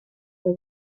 the